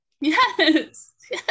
Yes